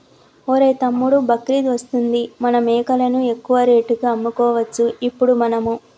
ఒరేయ్ తమ్ముడు బక్రీద్ వస్తుంది మన మేకలను ఎక్కువ రేటుకి అమ్ముకోవచ్చు ఇప్పుడు మనము